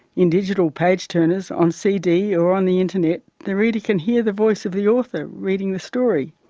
in digital page turners on cd or on the internet, the reader can hear the voice of the author reading the story.